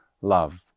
love